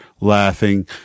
laughing